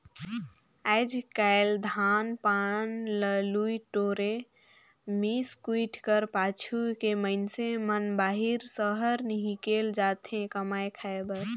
आएज काएल धान पान ल लुए टोरे, मिस कुइट कर पाछू के मइनसे मन बाहिर सहर हिकेल जाथे कमाए खाए बर